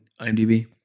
IMDb